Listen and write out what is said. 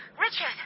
Richard